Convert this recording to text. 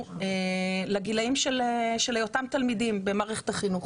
לגילאים של היותם תלמידים במערכת החינוך.